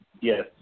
Yes